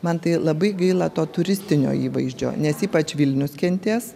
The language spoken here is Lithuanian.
man tai labai gaila to turistinio įvaizdžio nes ypač vilnius kentės